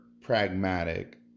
pragmatic